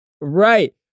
Right